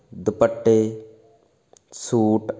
ਦੁਪੱਟੇ ਸੂਟ